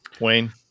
Wayne